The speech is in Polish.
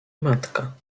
matka